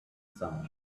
sound